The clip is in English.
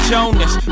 Jonas